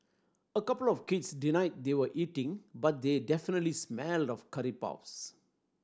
a couple of kids denied they were eating but they definitely smelled of curry puffs